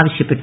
ആവശ്യപ്പെട്ടു